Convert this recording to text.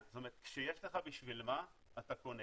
כשיש לך בשביל מה, אתה קונה.